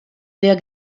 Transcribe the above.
der